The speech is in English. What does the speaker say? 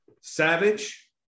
Savage